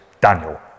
Daniel